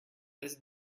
this